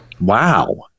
Wow